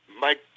Mike